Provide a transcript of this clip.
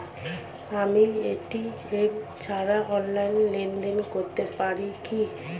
আমি এ.টি.এম ছাড়া অনলাইনে লেনদেন করতে পারি কি?